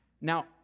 Now